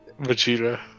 Vegeta